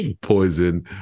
poison